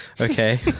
Okay